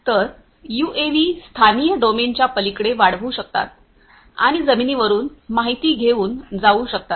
तर यूएव्ही स्थानीय डोमेनच्या पलीकडे वाढवू शकतात आणि जमिनीवरून माहिती घेऊन जाऊ शकतात